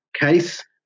case